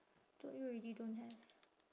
told you already don't have